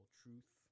truth